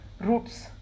roots